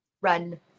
Run